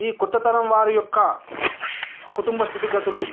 ఈ కొత్త తరం వారి యొక్క కుటుంబ స్థితిగతులు